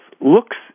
looks